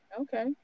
okay